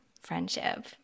friendship